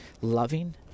loving